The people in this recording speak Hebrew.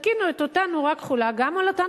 תתקינו את אותה נורה כחולה גם על אותן